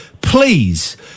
please